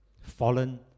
Fallen